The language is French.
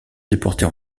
déportée